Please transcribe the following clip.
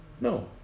No